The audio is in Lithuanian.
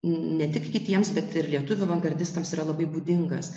ne tik kitiems bet ir lietuvių avangardistams yra labai būdingas